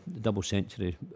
double-century